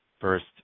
first